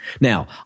Now